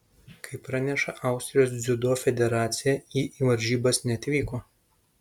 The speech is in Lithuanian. kaip praneša austrijos dziudo federacija ji į varžybas neatvyko